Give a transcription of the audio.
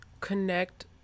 connect